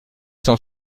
cent